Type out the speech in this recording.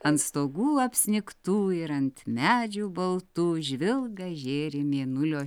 ant stogų apsnigtų ir ant medžių baltų žvilga žėri mėnulio